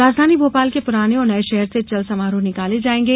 राजधानी भोपाल के पुराने और नये शहर से चल समारोह निकाले जायेंगे